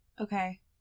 Okay